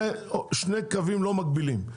זה שני קווים מקבלים.